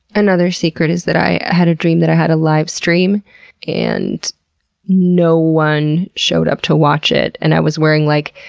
another secret is that i had a dream that i had a livestream and no one showed up to watch it, and i was wearing, like,